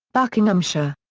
buckinghamshire.